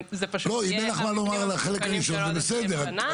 אלה פשוט יהיו המבנים המסוכנים של עוד 30 שנה.